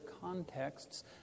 contexts